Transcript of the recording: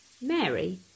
Mary